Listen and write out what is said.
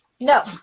no